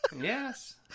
Yes